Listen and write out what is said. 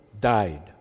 died